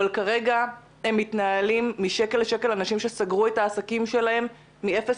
אבל כרגע הם מתנהלים משקל לשקל אנשים שסגרו את העסקים שלהם ממאה לאפס,